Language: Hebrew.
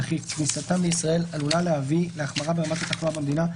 וכי כניסתם לישראל עלולה להביא להחמרה ברמת התחלואה במדינה,